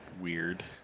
weird